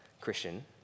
Christian